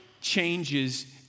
changes